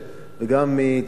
וגם מהציבור הרחב.